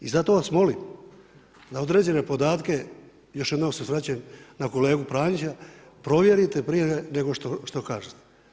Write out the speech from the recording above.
I zato vas molim da određene podatke još jednom se vraćam na kolegu Pranića, provjerite prije nego što kažete.